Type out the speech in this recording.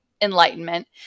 Enlightenment